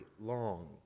long